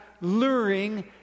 luring